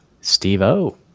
Steve-O